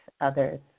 others